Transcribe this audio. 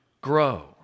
grow